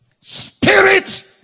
Spirit